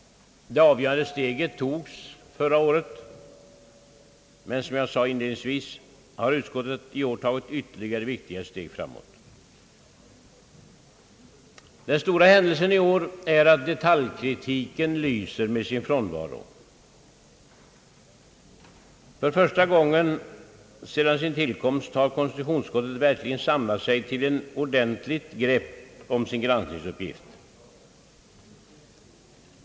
Det avgörande steget togs förra året, men som jag sade inledningsvis har utskottet i år tagit ytterligare viktiga steg framåt. Den stora händelsen i år är att detaljkritiken lyser med sin frånvaro. För första gången sedan sin tillkomst har - konstitutionsutskottet verkligen samlat sig till ett ordentligt grepp om sin granskningsuppgift.